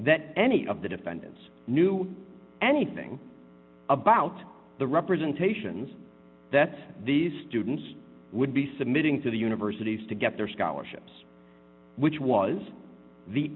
that any of the defendants knew anything about the representations that these students would be submitting to the universities to get their scholarships which was the